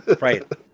Right